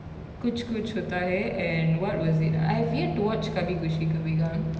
kuch kuch hota hai and what was it I have yet to watch kabhi khushi kabhie gham